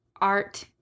art